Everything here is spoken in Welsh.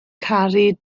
caru